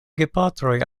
gepatroj